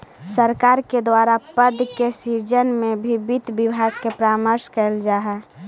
सरकार के द्वारा पद के सृजन में भी वित्त विभाग से परामर्श कैल जा हइ